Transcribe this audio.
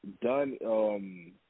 done